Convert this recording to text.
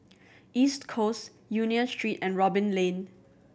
East Coast Union Street and Robin Lane